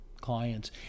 clients